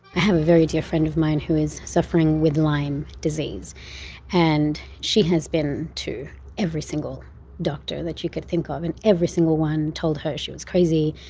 have a very dear friend of mine who is suffering with lyme disease and she has been to every single doctor that you could think of and every single one told her she was crazy.